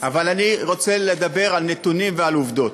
אבל אני רוצה לדבר על נתונים ועל עובדות.